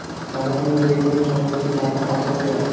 সারাদিনে যেকোনো সময় কি টাকা পাঠানো য়ায়?